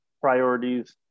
priorities